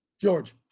George